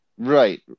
Right